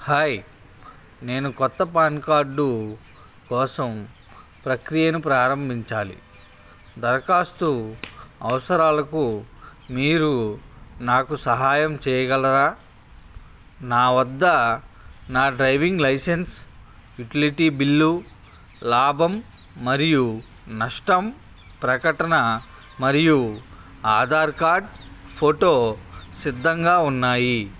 hi నేను కొత్త PAN card కోసం ప్రక్రియను ప్రారంభించాలి దరఖాస్తు అవసరాలకు మీరు నాకు సహాయం చేయగలరా నా వద్ద నా డ్రైవింగ్ లైసెన్స్ యుటిలిటీ బిల్లు లాభం మరియు నష్టం ప్రకటన మరియు ఆధార్ కార్డ్ ఫోటో సిద్ధంగా ఉన్నాయి